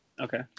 Okay